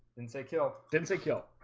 didn't say kill didn't say kill.